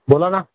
बोला ना